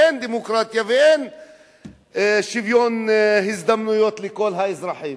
אין דמוקרטיה ואין שוויון הזדמנויות לכל האזרחים,